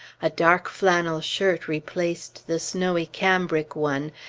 a dark flannel shirt replaced the snowy cambric one,